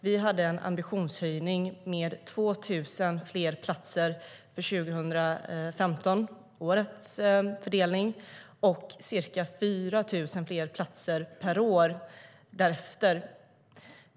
Vi uttryckte en ambitionshöjning med 2 000 fler platser för 2015, årets fördelning, och ca 4 000 fler platser per år därefter.